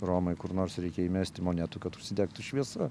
romoj kur nors reikia įmesti monetų kad užsidegtų šviesa